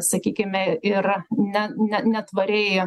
sakykime ir ne ne netvariai